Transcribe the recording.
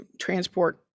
transport